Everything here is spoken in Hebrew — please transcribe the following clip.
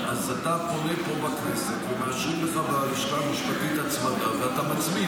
אז אתה פונה פה בכנסת ומאשרים לך בלשכה המשפטית עצמה ואתה מצמיד.